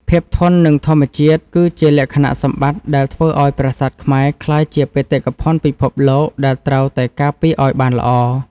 ភាពធន់នឹងធម្មជាតិគឺជាលក្ខណៈសម្បត្តិដែលធ្វើឱ្យប្រាសាទខ្មែរក្លាយជាបេតិកភណ្ឌពិភពលោកដែលត្រូវតែការពារឱ្យបានល្អ។